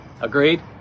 agreed